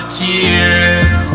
tears